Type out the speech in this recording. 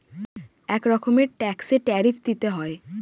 এক রকমের ট্যাক্সে ট্যারিফ দিতে হয়